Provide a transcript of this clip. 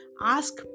ask